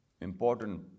important